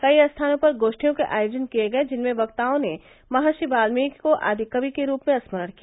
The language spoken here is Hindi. कई स्थानों पर गोष्ठियों के आयोजन किये गये जिनमें वक्ताओं ने महर्षि वाल्मीकि को आदि कवि के रूप में स्मरण किया